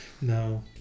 No